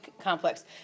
complex